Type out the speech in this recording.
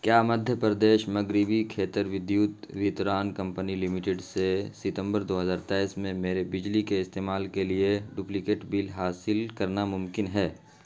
کیا مدھیہ پردیش مغربی کھیتر ودیوت وتران کمپنی لمیٹڈ سے ستمبر دو ہزار تیئس میں میرے بجلی کے استعمال کے لیے ڈپلیکیٹ بل حاصل کرنا ممکن ہے